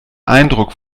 eindruck